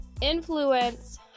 influence